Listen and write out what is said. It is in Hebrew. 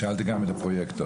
שאלתי גם את הפרויקטור,